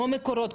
כמו מקורות,